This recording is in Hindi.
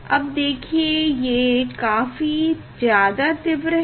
अब देखिए ये काफी ज्यादा तीव्र है